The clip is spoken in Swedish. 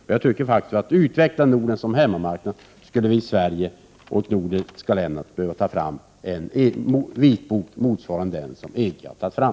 När det gäller att utveckla Norden som hemmamarknad tycker jag att Sverige och de övriga nordiska länderna bör utarbeta en vitbok motsvarande den som EG har tagit fram.